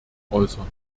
äußern